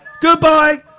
goodbye